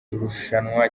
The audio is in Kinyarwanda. rushanwa